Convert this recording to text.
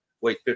wait